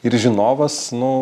ir žinovas nu